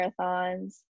marathons